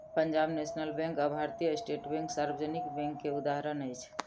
Punjab National Bank आ भारतीय State Bank सार्वजनिक बैंक के उदाहरण अछि